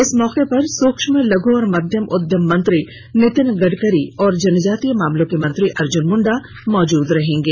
इस मौके पर सूक्ष्म लघ् और मध्यम उद्यम मंत्री नितिन गडकरी और जनजातीय मामलों के मंत्री अर्जन मुंडा मौजूद रहेंगे